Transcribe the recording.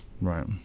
Right